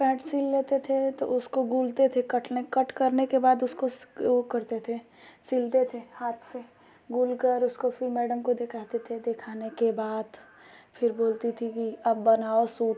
pant सिल लेते थे तो उसको गूलते थे कटने कट करने के बाद उसको वो करते थे सिलते थे हाथ से गुलकर उसको फिर मैडम को देखाते थे देखाने के बाद फिर बोलती थी कि अब बनाओ सूट